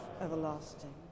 everlasting